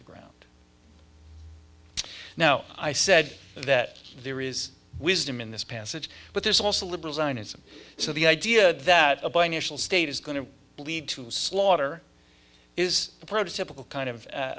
the ground now i said that there is wisdom in this passage but there's also liberal zionism so the idea that a binational state is going to lead to slaughter is the